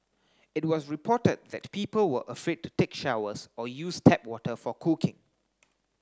it was reported that people were afraid to take showers or use tap water for cooking